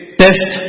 test